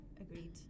agreed